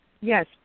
Yes